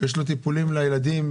יש לו טיפולים לילדים,